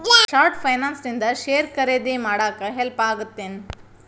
short finance ಇಂದ share ಖರೇದಿ ಮಾಡಾಕ ಹೆಲ್ಪ್ ಆಗತ್ತೇನ್